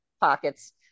pockets